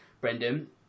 Brendan